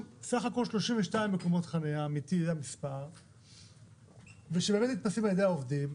סך הכול 32 מקומות חנייה ושבאמת נתפסים על ידי העובדים,